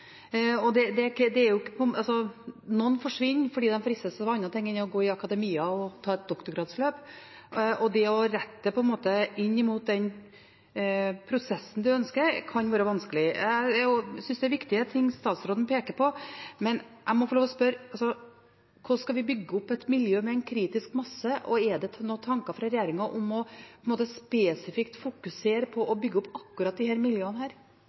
Noen forsvinner fordi de fristes av andre ting enn å gå inn i akademia og ta et doktorgradsløp, og det å rette dette – på en måte – inn mot den prosessen man ønsker, kan være vanskelig. Jeg synes det er viktige ting statsråden peker på, men jeg må få lov til å spørre: Hvordan skal vi bygge opp et miljø med en kritisk masse, og er det noen tanker fra regjeringens side om spesifikt å fokusere på å bygge opp akkurat disse miljøene? Jeg mener for det første at de